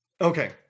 Okay